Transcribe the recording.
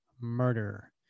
murder